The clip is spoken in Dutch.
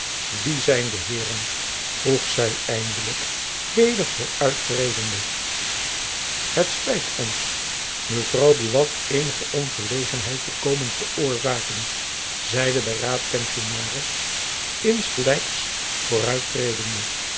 wie zijn de heeren vroeg zy eindelijk weder vooruit tredende het spijt ons mevrouw buat eenige ongelegenheid te komen veroorzaken zeide de raadpensionaris insgelijks